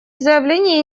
заявления